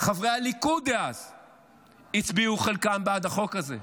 חברי הליכוד דאז הצביעו, חלקם, בעד החוק הזה,